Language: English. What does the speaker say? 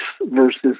versus